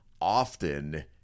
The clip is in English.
often